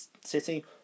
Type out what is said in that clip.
City